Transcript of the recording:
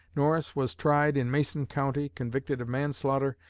norris was tried in mason county, convicted of manslaughter,